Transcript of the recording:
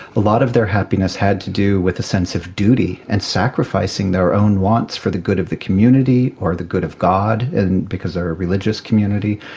a lot of their happiness had to do with a sense of duty, and sacrificing their own wants for the good of the community or the good of god, and because they are a religious community,